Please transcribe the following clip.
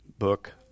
book